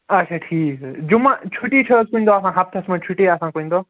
آچھا ٹھیٖک حظ جُمعہ چھُٹی چھِ حظ کُنہِ دۄہ آسان ہَفتَس منٛز چھُٹی آسان کُنہِ دۄہ